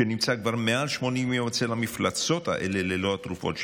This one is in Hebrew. נמצא כבר מעל 80 יום אצל המפלצות האלה ללא התרופות שלו.